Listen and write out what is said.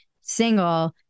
single